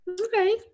Okay